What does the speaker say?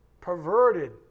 perverted